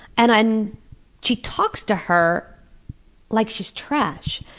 and and she talks to her like she's trash.